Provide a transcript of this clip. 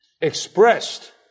Expressed